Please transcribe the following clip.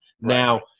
Now